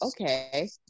okay